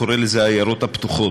קורא לזה "העיירות הפתוחות",